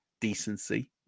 decency